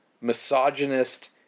misogynist